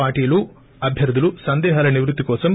పార్టీలు అభ్యర్దులు సందేహాల నివృత్తి కోసం